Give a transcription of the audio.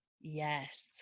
Yes